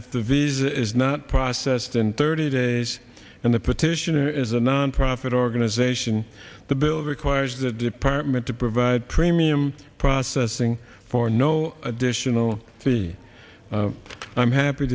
if the vision is not processed in thirty days and the petition is a nonprofit organization the bill requires the department to provide premium processing for no additional fee i'm happy